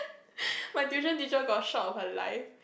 my tuition teacher got a shock of her life